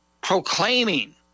proclaiming